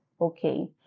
okay